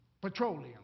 petroleum